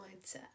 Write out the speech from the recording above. mindset